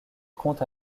compte